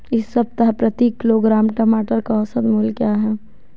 इस सप्ताह प्रति किलोग्राम टमाटर का औसत मूल्य क्या है?